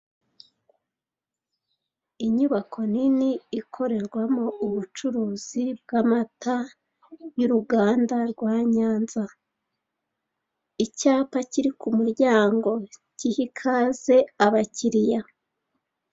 Inyubako nini ikorerwamo ubucuruzi bw'amata y'uruganda rwa Nyanza, icyapa kiri ku muryango giha ikaze abakiliya.